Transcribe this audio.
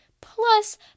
plus